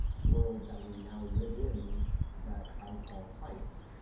world that we now live in that has all types.